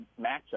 matchup